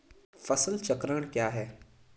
फसल चक्रण क्या है?